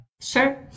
Sure